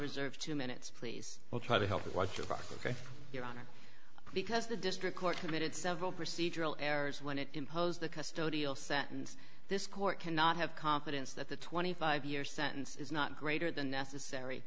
reserve two minutes please i'll try to help like you for your honor because the district court committed several procedural errors when it imposed the custodial sentence this court cannot have confidence that the twenty five year sentence is not greater than necessary